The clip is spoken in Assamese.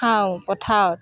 খাওঁ পথাৰত